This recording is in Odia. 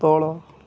ତଳ